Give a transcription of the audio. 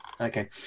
Okay